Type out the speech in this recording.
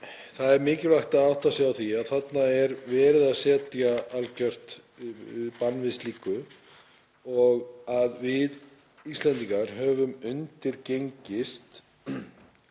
Það er mikilvægt að átta sig á því að þarna er verið að setja algert bann við slíku og að við Íslendingar höfum undirgengist